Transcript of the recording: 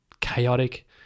chaotic